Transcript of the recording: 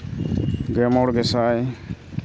ᱜᱮᱢᱚᱲ ᱜᱮᱥᱟᱭ